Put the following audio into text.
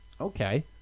okay